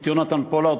את יונתן פולארד,